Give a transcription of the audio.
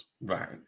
Right